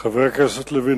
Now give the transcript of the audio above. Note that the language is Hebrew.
חבר הכנסת לוין,